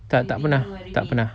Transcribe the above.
tak tak pernah tak pernah